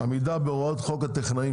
עמידה בהוראות חוק הטכנאים,